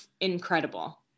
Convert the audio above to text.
incredible